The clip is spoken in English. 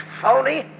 phony